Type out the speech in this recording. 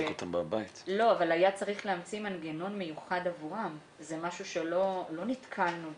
היה צריך להמציא מנגנון מיוחד עבורם וזה משהו שלא נתקלנו בו.